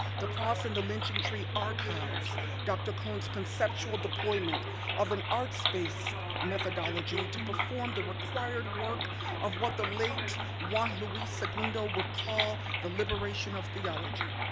the cross and the lynching tree archives dr. cone's conceptual deployment of an arts based methodology to perform the required work of what the late juan luis segundo would call the liberation of theology.